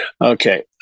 Okay